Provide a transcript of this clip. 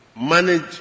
manage